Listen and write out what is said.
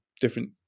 different